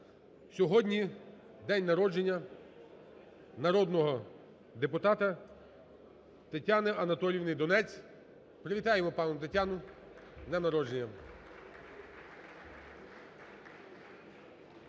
Сьогодні день народження народного депутата Тетяни Анатоліївни Донець. Привітаємо пані Тетяну з днем народження.